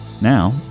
Now